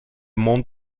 monts